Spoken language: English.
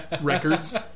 records